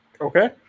Okay